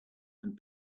and